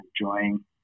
enjoying